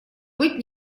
быть